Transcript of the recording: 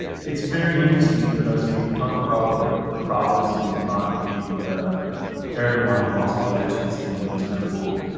it's very interesting because we talked about the the problems in iran and erdogan lost elections in istanbul.